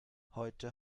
heute